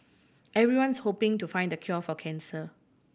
everyone's hoping to find the cure for cancer